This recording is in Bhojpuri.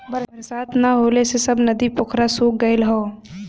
बरसात ना होले से सब नदी पोखरा सूख गयल हौ